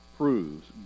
proves